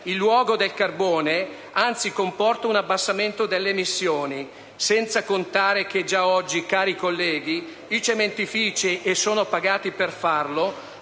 in luogo del carbone comporta anzi un abbassamento delle emissioni. Senza contare che già oggi, cari colleghi, i cementifici (e sono pagati per farlo)